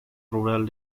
rural